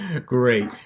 Great